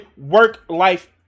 work-life